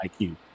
IQ